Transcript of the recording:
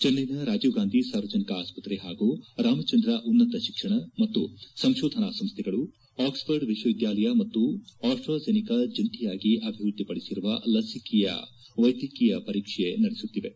ಚೆನ್ನೈನ ರಾಜೀವ್ ಗಾಂಧಿ ಸಾರ್ವಜನಿಕ ಆಸ್ಪತ್ರೆ ಹಾಗೂ ರಾಮಚಂದ್ರ ಉನ್ನತ ಶಿಕ್ಷಣ ಮತ್ತು ಸಂಶೋಧನಾ ಸಂಸ್ಥೆಗಳು ಆಕ್ಸ್ಫರ್ಡ್ ವಿಶ್ವವಿದ್ಡಾಲಯ ಮತ್ತು ಆಸ್ವಾಝಿನಿಕಾ ಜಂಟಿಯಾಗಿ ಅಭಿವೃದ್ದಿಪಡಿಸಿರುವ ಲಸಿಕೆಯ ವೈದ್ಯಕೀಯ ಪರೀಕ್ಷೆ ನಡೆಸುತ್ತಿವೆ